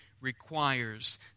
requires